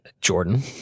Jordan